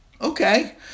okay